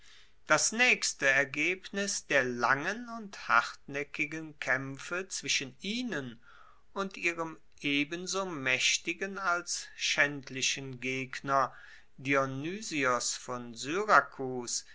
das naechste ergebnis der langen und hartnaeckigen kaempfe zwischen ihnen und ihrem ebenso maechtigen als schaendlichen gegner dionysios von syrakus